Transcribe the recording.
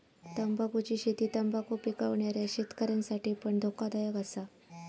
तंबाखुची शेती तंबाखु पिकवणाऱ्या शेतकऱ्यांसाठी पण धोकादायक असा